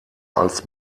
als